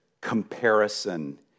comparison